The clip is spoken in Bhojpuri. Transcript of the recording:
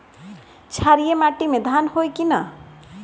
क्षारिय माटी में धान होई की न?